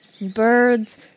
birds